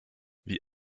wie